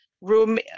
room